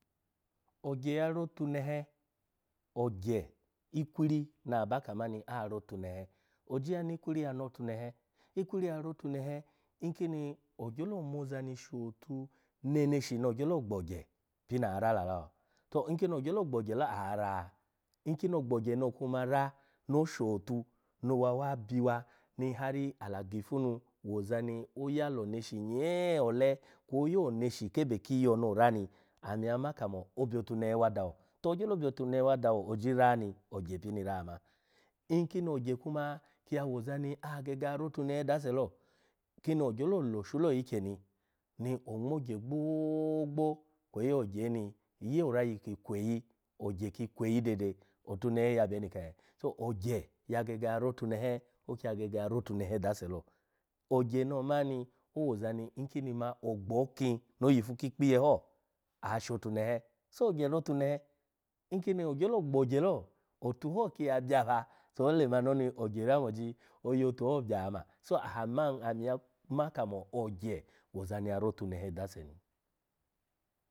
Ogye ya rotu nehe, ogye, ikwiri na aba kamani aro otunehe, ojiya ni kwiri ya ritu nehe? Ikwiri ya rotu nehe nkimi ogyolo moza ni sho otu neneshi no ogyolo gbogye pini ara la lo to nkini ogbogye lo ara? Nkino ogbogye no kuma, no oshotu no owa wa biwa ni hari ala gifu nu woza ni oya ala oneshi nyee ole, kwo oya oneshi kebe kiyo no ora ni ami ya kamo obyo otunche wa dawo, to ogyolo byo otunehe wa dawo oji ra ni, ogye pini ra ma. Nkini ogye kuma ya woza ni agege ya rotu nehe dase lo kini ogyolo loshu lo ikyeni ni ongmo ogye gbo-gbo kwe ogye ni yo orayi kweyi ogye ki kweyi dede otunehe yebe ni ke? So ogye ya gege ya rotu nehe oki ya gege ya rotu nehe dase lo. Ogye no omani owoza ni nkini ma ogbo kin no oyifu ki ikpiye hi ashotunche, so ogye rotu neche. Nkini ogyolo gbogye lo, otu ho kiya bya pa, to olemani oni ogye yamoji, oyotu ho bya ma, so aha man ami ya ma kamo ogye woza ni ya rotu nehe dase ni.